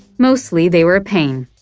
mostly, they were a pain.